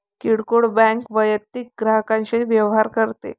किरकोळ बँक वैयक्तिक ग्राहकांशी व्यवहार करते